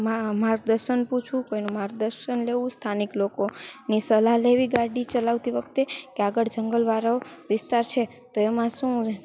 માર્ગદર્શન પૂછવું કોઈનું માર્ગદર્શન લેવું સ્થાનિક લોકોની સલાહ લેવી ગાડી ચલાવતી વખતે કે આગળ જંગલવાળો વિસ્તાર છે તો એમાં શું